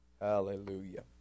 Hallelujah